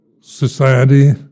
society